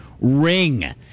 ring